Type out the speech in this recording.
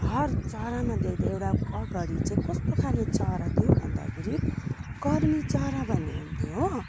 हर चरामा देख्दे एउटा अगाडि चाहिँ कस्तो खाले चरा त्यो भन्दाखेरि कर्मीचरा भन्ने थियो हो